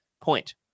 point